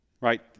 right